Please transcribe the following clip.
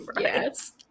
Yes